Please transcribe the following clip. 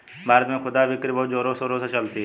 भारत में खुदरा बिक्री बहुत जोरों शोरों से चलती है